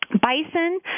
Bison